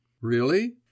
Really